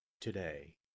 today